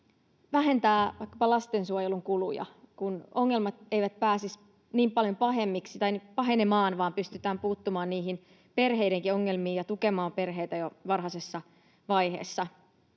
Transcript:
vähentää vaikkapa lastensuojelun kuluja, kun ongelmat eivät pääsisi niin paljon pahemmiksi tai pahenemaan, vaan pystytään puuttumaan niihin perheidenkin ongelmiin ja tukemaan perheitä jo varhaisessa vaiheessa.